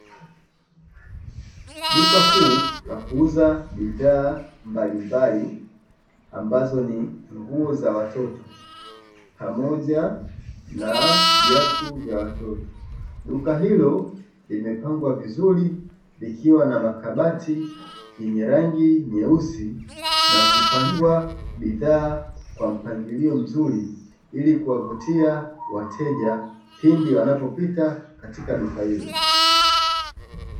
Duka kuu la kuuza bidhaa mbalimbali ambazo ni nguo za watoto pamoja na viatu vya watoto. Duka hilo limepangwa vizuri likiwa na makabati yenye rangi nyeusi na kupangwa bidhaa kwa mpangilio mzuri ili kuwavutia wateja pindi wanapopita katika duka hilo.